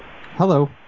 Hello